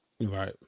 Right